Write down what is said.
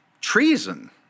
treason